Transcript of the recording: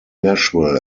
nashville